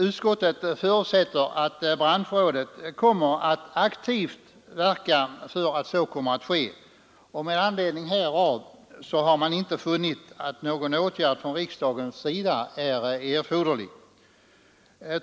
Utskottet förutsätter att branschrådet kommer att aktivt verka för att så sker, och med anledning härav har utskottet inte funnit att någon åtgärd från riksdagens sida är erforderlig.